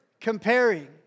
comparing